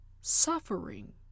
suffering